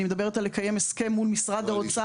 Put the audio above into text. אני מדברת על לקיים הסכם מול משרד האוצר.